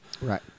Right